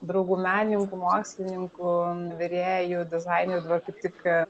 draugų menininkų mokslininkų virėjų dizainerių dabar kaip tik